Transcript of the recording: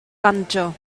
banjo